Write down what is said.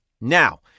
Now